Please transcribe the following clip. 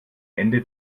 ende